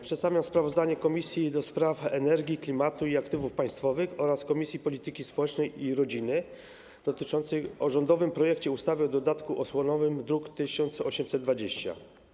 Przedstawiam sprawozdanie Komisji do Spraw Energii, Klimatu i Aktywów Państwowych oraz Komisji Polityki Społecznej i Rodziny o rządowym projekcie ustawy o dodatku osłonowym, druk nr 1820.